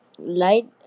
Light